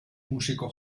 músico